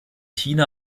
china